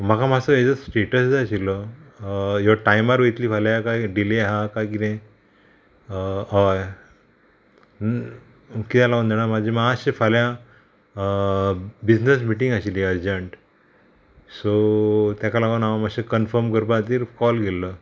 म्हाका मातसो हेजो स्टेटस जाय आशिल्लो ह्यो टायमार वयतली फाल्यां काय डिले आहा काय कितें हय किद्या लागून जाणा म्हाजी मातशें फाल्यां बिजनस मिटींग आशिल्ली अर्जंट सो तेका लागोन हांव मातशें कन्फर्म करपा खातीर कॉल केल्लो